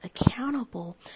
accountable